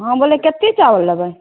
हँ बोलिए कत्तेक चाबल लेबै